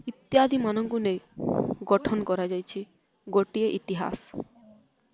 ଇତ୍ୟାଦି ମାନଙ୍କୁ ନେଇ ଗଠନ କରାଯାଇଛି ଗୋଟିଏ ଇତିହାସ